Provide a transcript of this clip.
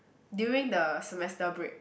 during the semester break